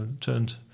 turned